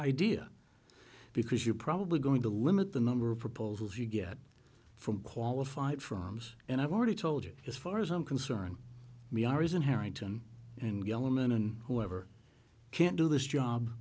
idea because you're probably going to limit the number of proposals you get from qualified for arms and i've already told you as far as i'm concerned we are isn't harrington and young women and whoever can do this job